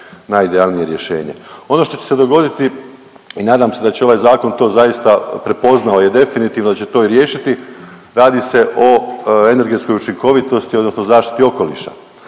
najidealnije rješenje. Ono što će se dogoditi i nadam se da će ovaj zakon to zaista, prepoznao je definitivno će to i riješiti. Radi se o energetskoj učinkovitosti odnosno zaštiti okoliša.